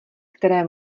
které